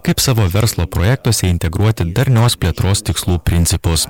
kaip savo verslo projektuose integruoti darnios plėtros tikslų principus